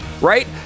right